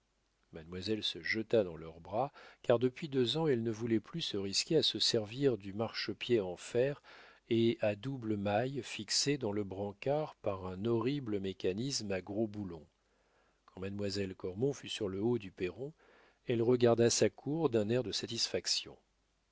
mademoiselle se jeta dans leurs bras car depuis deux ans elle ne voulait plus se risquer à se servir du marchepied en fer et à double maille fixé dans le brancard par un horrible mécanisme à gros boulons quand mademoiselle cormon fut sur le haut du perron elle regarda sa cour d'un air de satisfaction